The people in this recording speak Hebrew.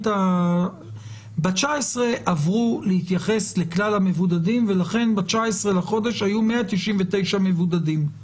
ב-19 עברו להתייחס לכלל המבודדים ולכן ב-19 לחודש היו 199,000 מבודדים,